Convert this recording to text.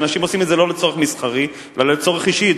ואנשים עושים את זה לא לצורך מסחרי אלא לצורך אישי,